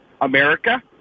America